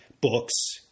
books